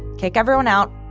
kick everyone out,